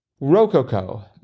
Rococo